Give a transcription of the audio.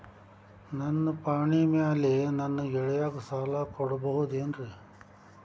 ನನ್ನ ಪಾಣಿಮ್ಯಾಲೆ ನನ್ನ ಗೆಳೆಯಗ ಸಾಲ ಕೊಡಬಹುದೇನ್ರೇ?